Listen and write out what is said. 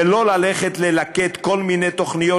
ולא ללכת ללקט כל מיני תוכניות,